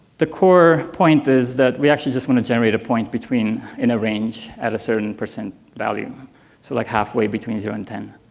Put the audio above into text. the core point is that we actually just want to generate a point between a range at a certain percent value so like halfway between zero and ten.